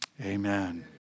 Amen